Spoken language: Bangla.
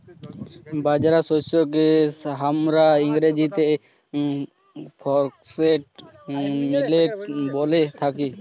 বাজরা শস্যকে হামরা ইংরেজিতে ফক্সটেল মিলেট ব্যলে থাকি